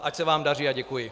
Ať se vám daří a děkuji.